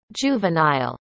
juvenile